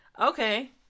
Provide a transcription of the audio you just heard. Okay